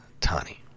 Tani